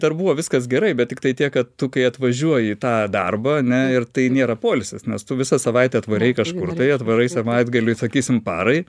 dar buvo viskas gerai bet tiktai tiek kad tu kai atvažiuoji į tą darbą ne ir tai nėra poilsis nes tu visą savaitę atverei kažkur tai atvarai savaitgaliui sakysim parai